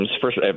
First